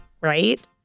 right